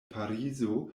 parizo